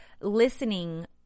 listening